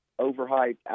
overhyped